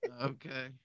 Okay